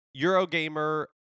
Eurogamer